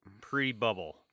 pre-bubble